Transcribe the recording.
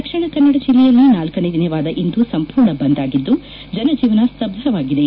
ದಕ್ಷಿಣ ಕನ್ನಡ ಜಿಲ್ಲೆಯಲ್ಲಿ ನಾಲ್ಕನೇ ದಿನವಾದ ಇಂದು ಸಂಪೂರ್ಣ ಬಂದ್ ಆಗಿದ್ದು ಜನಜೀವನ ಸ್ಥಬ್ದವಾಗಿದೆ